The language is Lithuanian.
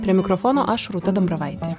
prie mikrofono aš rūta dambravaitė